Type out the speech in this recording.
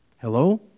Hello